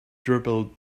dribbled